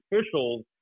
officials